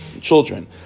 children